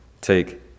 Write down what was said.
take